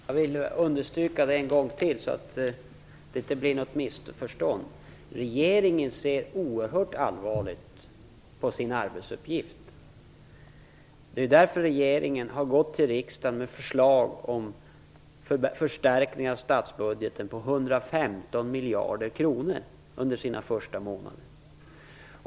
Herr talman! Jag vill understryka en gång till, så att det inte blir något missförstånd, att regeringen ser oerhört allvarligt på sin arbetsuppgift. Det är därför regeringen har gått till riksdagen med förslag om förstärkningar av statsbudgeten på 115 miljarder kronor under sina första månader.